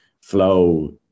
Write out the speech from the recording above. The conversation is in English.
flow